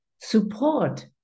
support